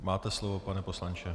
Máte slovo, pane poslanče.